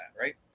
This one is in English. right